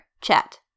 chat